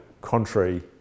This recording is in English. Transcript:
contrary